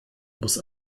muss